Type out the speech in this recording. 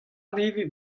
nevez